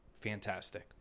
Fantastic